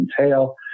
entail